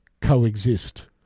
coexist